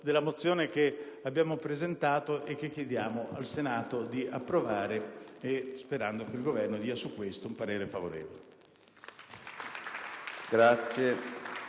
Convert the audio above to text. della mozione che abbiamo presentato e che chiediamo al Senato di approvare, sperando che il Governo esprima parere favorevole.